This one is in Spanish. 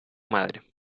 madre